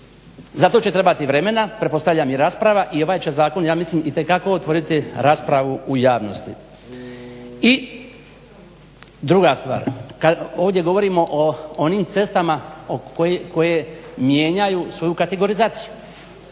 Zato će trebati vremena, pretpostavljam i rasprava i ovaj će zakon ja mislim itekako otvoriti raspravu u javnosti. I druga stvar, kad ovdje govorimo o onim cestama koje mijenjaju svoju kategorizaciju,